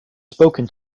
spoken